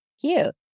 Cute